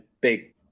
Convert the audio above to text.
big